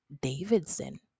Davidson